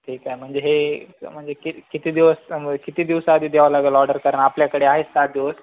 ठीक आहे म्हणजे हे म्ह की किती दिवस किती दिवसाआधी द्यावं लागेल ऑर्डर कारण आपल्याकडे आहेत सात दिवस